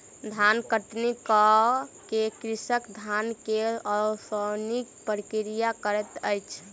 धान कटनी कअ के कृषक धान के ओसौनिक प्रक्रिया करैत अछि